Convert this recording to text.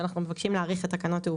שאנחנו מבקשים להאריך את תקנות התעופה.